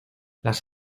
las